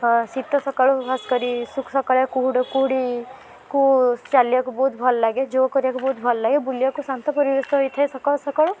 ଶୀତ ସକାଳୁ ଖାସ୍ କରି ଶୀତ୍ ସକାଳ କୁହୁଡ଼ୁ କୁହୁଡ଼ି କୁ ଚାଲିବାକୁ ବହୁତ ଭଲ ଲାଗେ ଯୋଗ କରିବାକୁ ବହୁତ ଭଲ ଲାଗେ ବୁଲିବାକୁ ଶାନ୍ତ ପରିବେଶ ହେଇଥାଏ ସକାଳୁ ସକାଳୁ